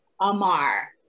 Amar